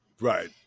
Right